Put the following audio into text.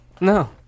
No